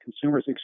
consumers